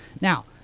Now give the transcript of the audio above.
Now